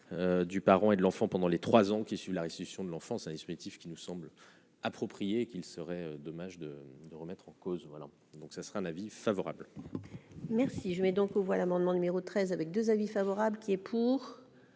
Du parent et de l'enfant pendant les 3 ans qui suivent la restitution de l'enfance, un dispositif qui nous semble approprié qu'il serait dommage de remettre en cause, voilà donc ce sera un avis favorable. Merci, je mets donc aux voix l'amendement numéro 13 avec 2 avis favorable qui est pour,